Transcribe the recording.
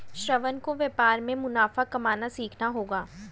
श्रवण को व्यापार में मुनाफा कमाना सीखना होगा